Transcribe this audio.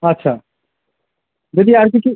আচ্ছা যদি আর কিছু